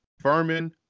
Furman